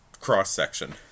cross-section